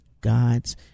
God's